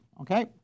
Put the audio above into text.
Okay